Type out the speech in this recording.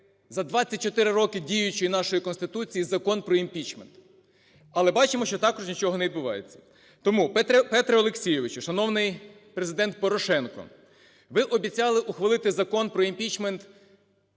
за 24 роки діючої нашої Конституції Закон про імпічмент. Але бачимо, що також нічого не відбувається. Тому, Петре Олексійовичу, шановний Президент Порошенко, ви обіцяли ухвалити Закон про імпічмент